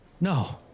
No